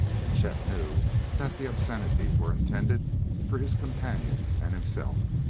and chet knew that the obscenities were intended for his companions and himself.